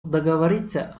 договориться